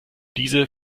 diese